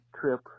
trip